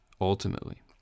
Ultimately